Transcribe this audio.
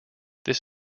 this